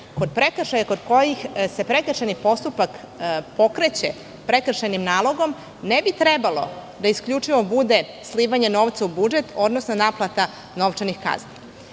kod prekršaja kod kojih se prekršajni postupak pokreće prekršajnim nalogom, ne bi trebalo da isključivo bude slivanje novca u budžet, odnosno naplata novčanih kazni. Ja